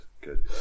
good